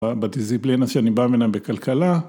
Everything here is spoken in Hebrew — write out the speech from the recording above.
בדיסיפלינה שאני בא ממנה בכלכלה.